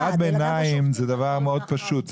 הערת ביניים זה דבר מאוד פשוט,